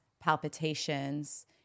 palpitations